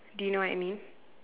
do you know what I mean